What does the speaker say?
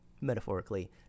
metaphorically